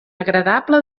agradable